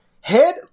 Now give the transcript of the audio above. head